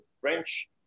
french